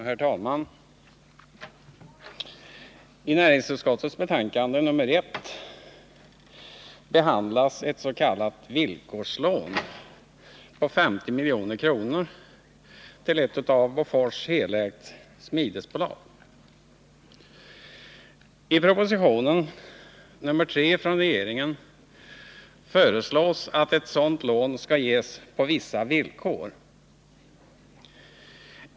Herr talman! I näringsutskottets betänkande 1979 80:3 från regeringen föreslås att ett sådant lån skall ges på vissa villkor.